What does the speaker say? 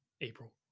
April